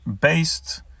based